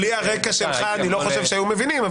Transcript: בלי הרקע שלך אני לא חושב שהיו מבינים,